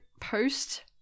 post